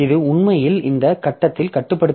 இது உண்மையில் இந்த கட்டத்தில் கட்டுப்படுத்தப்படுகிறது